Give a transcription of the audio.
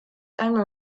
einmal